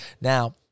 Now